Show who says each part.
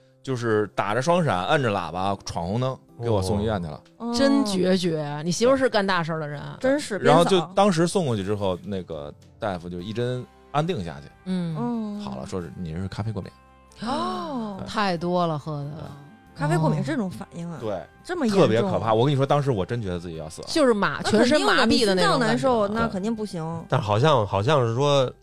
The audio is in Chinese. Speaker 1: 就是打着双闪，摁着喇叭闯红灯，给我送
Speaker 2: 哦。
Speaker 1: 医院去了。
Speaker 3: 真决绝，你媳妇儿
Speaker 1: 对。
Speaker 3: 是干大事儿的人。
Speaker 4: 真是，
Speaker 1: 然后就
Speaker 4: 边扫。
Speaker 1: 当时送过去之后，那个大夫就一针安定下去。
Speaker 3: 嗯。
Speaker 4: 哦。
Speaker 1: 好了，说是你是咖啡过敏。
Speaker 3: 哦。
Speaker 1: 对。
Speaker 3: 太多了喝的。
Speaker 1: 对。
Speaker 4: 咖啡过敏是
Speaker 3: 哦。
Speaker 4: 这种反应啊，
Speaker 1: 对，
Speaker 4: 这么严重。
Speaker 1: 特别可怕，我跟你说，当时我真觉得自己要死了。
Speaker 3: 就是麻- 全身麻痹的那
Speaker 4: 那肯定的，你心脏
Speaker 3: 种感觉。
Speaker 4: 难受，
Speaker 1: 对。
Speaker 4: 那肯定不行。
Speaker 2: 但好像- 好像是说